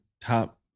top